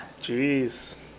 Jeez